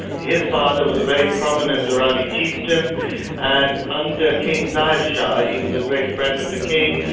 his father was a very prominent durrani chieftain and under king, zahir shah, he was a great friend of the king,